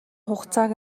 хугацааг